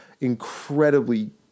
incredibly